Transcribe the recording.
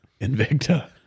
Invicta